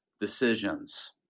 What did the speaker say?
decisions